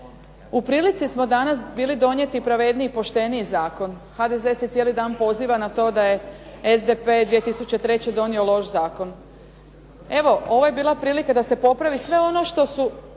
U prilici smo danas bili donijeti pravedniji i pošteniji zakon. HDZ se cijeli dan poziva na to da je SDP 2003. donio loš zakon. Evo, ovo je bila prilika da se popravi sve ono što su,